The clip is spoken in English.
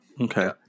okay